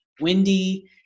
windy